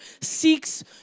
seeks